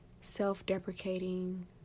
self-deprecating